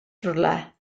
rhywle